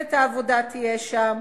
מפלגת העבודה תהיה שם,